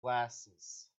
glasses